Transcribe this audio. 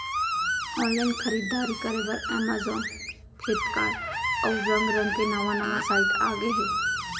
online खरीददारी करे बर अमेजॉन, फ्लिपकार्ट, अउ रंग रंग के नवा नवा साइट आगे हे